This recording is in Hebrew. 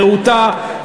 רהוטה,